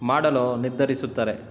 ಮಾಡಲು ನಿರ್ಧರಿಸುತ್ತಾರೆ